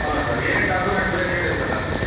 ಹ್ಞೂ ಸರ್ ಏನೇನು ಡಾಕ್ಯುಮೆಂಟ್ಸ್ ಬೇಕು ಹೇಳಿರಿ ಸರ್ ನನಗೆ